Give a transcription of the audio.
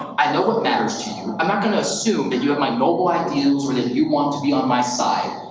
i know what matters to you, i'm not gonna assume that you have my noble ideals or that you want to be on my side.